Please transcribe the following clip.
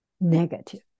negative